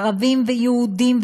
ערבים ויהודים,